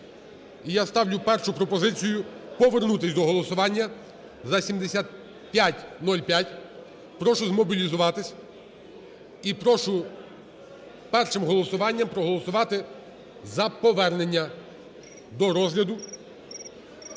я ставлю першу пропозицію повернутись до голосування за 7505. Прошузмобілізуватись і прошу першим голосуванням проголосувати за повернення до розгляду.